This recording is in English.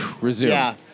Resume